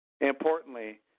Importantly